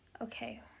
Okay